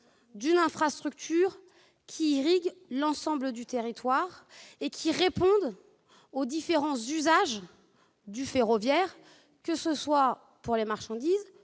d'une infrastructure qui irrigue l'ensemble du territoire et qui réponde aux différents usages du ferroviaire, que ce soit pour les marchandises